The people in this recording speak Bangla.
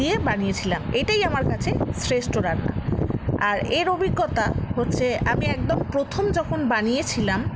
দিয়ে বানিয়েছিলাম এটাই আমার কাছে শ্রেষ্ঠ রান্না আর এর অভিজ্ঞতা হচ্ছে আমি একদম প্রথম যখন বানিয়েছিলাম